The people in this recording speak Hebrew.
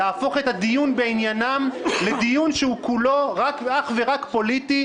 ולהפוך את הדיון בעניינם לדיון שהוא כולו אך ורק פוליטי,